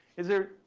is there,